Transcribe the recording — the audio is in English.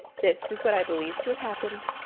this is what i believe to have happened.